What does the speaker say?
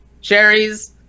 Cherries